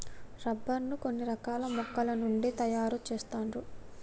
rubber ను కొన్ని రకాల మొక్కల నుండి తాయారు చెస్తాండ్లు